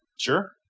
Sure